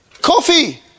Coffee